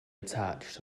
attached